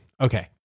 Okay